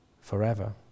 forever